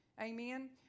Amen